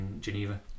geneva